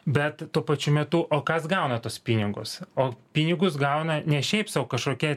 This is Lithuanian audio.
bet tuo pačiu metu o kas gauna tuos pinigus o pinigus gauna ne šiaip sau kažkokie